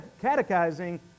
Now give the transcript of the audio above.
catechizing